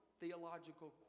theological